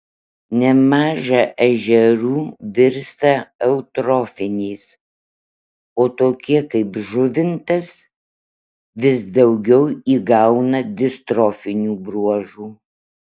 nemaža ežerų virsta eutrofiniais o tokie kaip žuvintas vis daugiau įgauna distrofinių bruožų